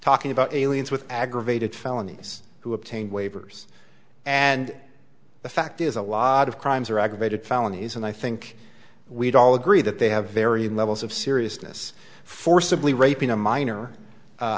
talking about aliens with aggravated felony s who obtain waivers and the fact is a lot of crimes are aggravated felonies and i think we'd all agree that they have varying levels of seriousness forcibly raping a minor